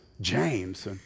James